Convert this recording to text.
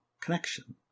connection